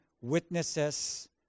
witnesses